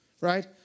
right